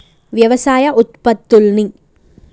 వ్యవసాయ ఉత్పత్తుల్ని